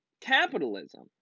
capitalism